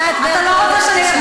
טיבי, אתה לא רוצה לשמוע